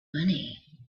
money